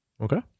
Okay